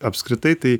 apskritai tai